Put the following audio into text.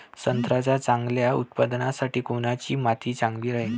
संत्र्याच्या चांगल्या उत्पन्नासाठी कोनची माती चांगली राहिनं?